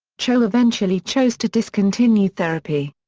cho eventually chose to discontinue therapy.